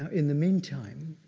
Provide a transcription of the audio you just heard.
in the meantime,